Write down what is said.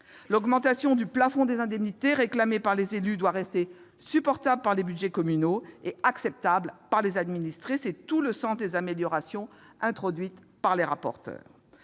L'augmentation du plafond des indemnités réclamée par les élus doit rester supportable par les budgets communaux et acceptable par les administrés. C'est tout le sens des améliorations introduites par les rapporteurs.